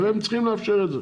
הם צריכים לאפשר את זה.